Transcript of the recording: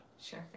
sure